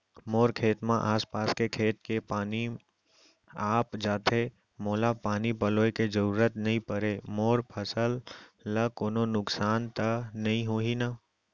मोर खेत म आसपास के खेत के पानी आप जाथे, मोला पानी पलोय के जरूरत नई परे, मोर फसल ल कोनो नुकसान त नई होही न?